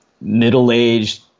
middle-aged